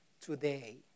today